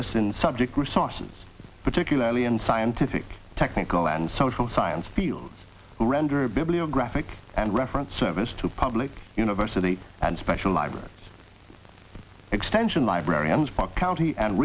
in subject resources particularly in scientific technical and social science fields render bibliographic and reference service to public university and special library extension librarians park county and